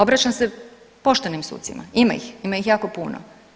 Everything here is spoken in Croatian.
Obraćam se poštenim sucima, ima ih, ima ih jako puno.